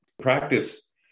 practice